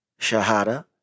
Shahada